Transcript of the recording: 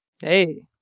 Hey